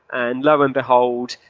and lo and behold,